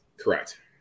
Correct